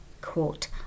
Quote